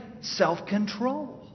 self-control